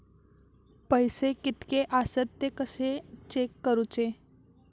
पैसे कीतके आसत ते कशे चेक करूचे?